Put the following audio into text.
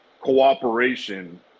cooperation